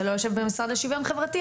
ולא במשרד לשוויון חברתי,